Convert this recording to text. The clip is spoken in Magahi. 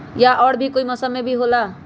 या और भी कोई मौसम मे भी होला?